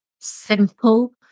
simple